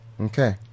Okay